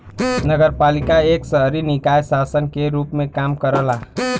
नगरपालिका एक शहरी निकाय शासन के रूप में काम करला